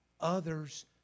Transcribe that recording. others